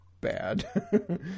bad